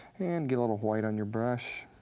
and get a little white on your brush.